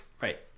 Right